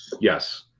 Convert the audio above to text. Yes